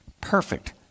perfect